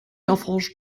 erforscht